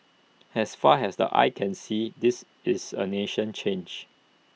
has far has the eye can see this is A nation changed